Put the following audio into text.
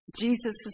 Jesus